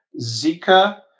Zika